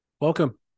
Welcome